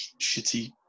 shitty